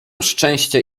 szczęście